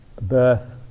birth